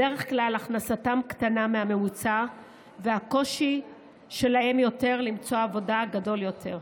בדרך כלל הכנסתם קטנה מהממוצע והקושי שלהם למצוא עבודה גדול יותר.